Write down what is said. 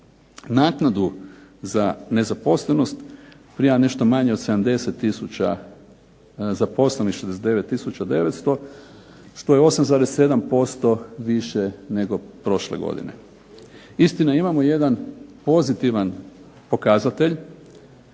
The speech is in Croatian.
Naknadu za nezaposlenost prima nešto manje od 70 tisuća zaposlenih, 69 tisuća 900, što je 8,7% više nego prošle godine. istina, imamo jedan pozitivan pokazatelj